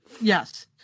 Yes